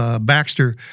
Baxter